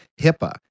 HIPAA